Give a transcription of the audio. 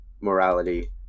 morality